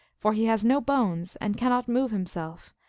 for he has no bones, and cannot move himself,